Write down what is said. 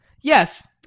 Yes